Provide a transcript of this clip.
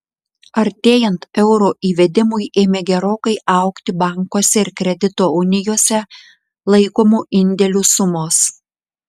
artėjant euro įvedimui ėmė gerokai augti bankuose ir kredito unijose laikomų indėlių sumos